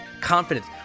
confidence